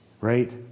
right